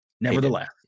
Nevertheless